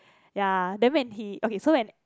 ya then when he okay so and